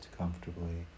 comfortably